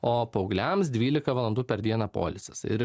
o paaugliams dvylika valandų per dieną poilsis ir